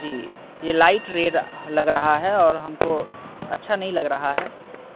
جی یہ light red لگ رہا ہے اور ہم کو اچھا نہیں لگ رہا ہے